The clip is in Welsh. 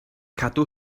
cadw